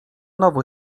nowo